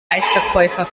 eisverkäufer